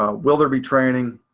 ah will there be training?